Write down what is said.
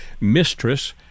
Mistress